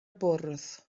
bwrdd